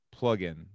plugin